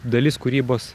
dalis kūrybos